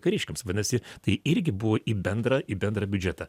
kariškiams vadinasi tai irgi buvo į bendrą į bendrą biudžetą